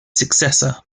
successor